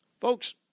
Folks